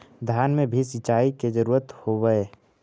धान मे भी सिंचाई के जरूरत होब्हय?